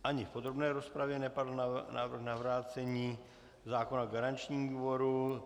Ani v podrobné rozpravě nepadl návrh na vrácení zákona garančnímu výboru.